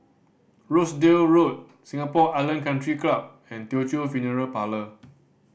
Rochdale Road Singapore Island Country Club and Teochew Funeral Parlour